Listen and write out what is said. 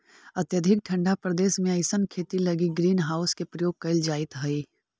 अत्यधिक ठंडा प्रदेश में अइसन खेती लगी ग्रीन हाउस के प्रयोग कैल जाइत हइ